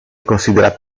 considerato